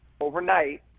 overnight